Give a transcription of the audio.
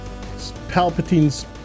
Palpatine's